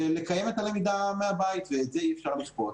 לקיים את הלמידה מהבית, ואת זה אי אפשר לשפוט.